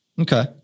Okay